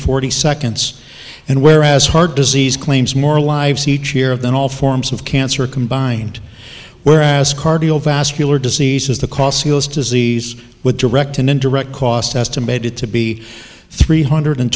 forty seconds and whereas heart disease claims more lives each year than all forms of cancer combined whereas cardiovascular diseases the disease with direct and indirect costs estimated to be three hundred